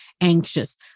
anxious